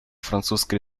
французской